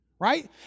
right